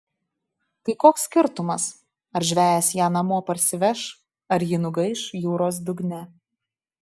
tai koks skirtumas ar žvejas ją namo parsiveš ar ji nugaiš jūros dugne